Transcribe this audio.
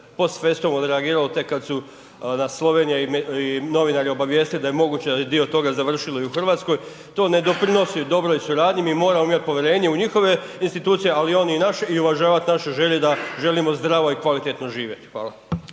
post festum odreagiralo tek kada su nas Slovenija i novinari obavijestili da je moguće da je dio toga završilo i u Hrvatskoj to ne doprinosi dobroj suradnji, mi moramo imati povjerenje u njihove institucije ali i oni u naše i uvažavati naše želje da želimo zdravo i kvalitetno živjeti. Hvala.